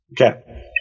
Okay